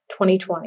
2020